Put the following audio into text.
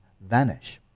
vanish